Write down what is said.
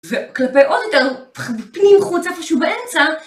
וכלפי עוד יותר, בפנים, חוץ, איפשהו באמצע...